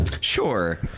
Sure